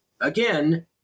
again